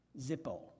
Zippo